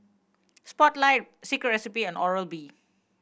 Spotlight Secret Recipe and Oral B